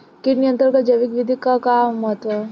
कीट नियंत्रण क जैविक विधि क का महत्व ह?